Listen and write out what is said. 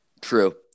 True